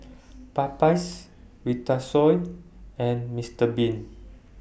Popeyes Vitasoy and Mister Bean